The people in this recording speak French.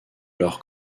leur